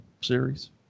series